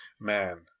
Man